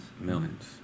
Millions